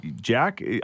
Jack